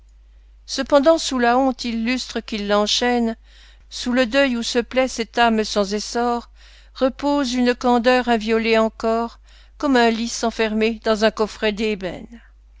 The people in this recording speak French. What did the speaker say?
cependant sous la honte illustre qui l'enchaîne sous le deuil où se plaît cette âme sans essor repose une candeur inviolée encor comme un lys enfermé dans un coffret